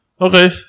Okay